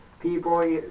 people